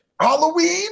Halloween